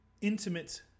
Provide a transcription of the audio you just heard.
intimate